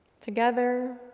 Together